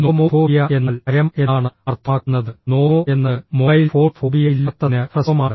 nomophobia എന്നാൽ ഭയം എന്നാണ് അർത്ഥമാക്കുന്നത് നോമോ എന്നത് മൊബൈൽ ഫോൺ ഫോബിയ ഇല്ലാത്തതിന് ഹ്രസ്വമാണ്